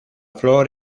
flor